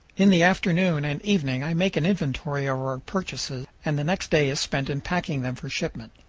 in the afternoon and evening i make an inventory of our purchases, and the next day is spent in packing them for shipment.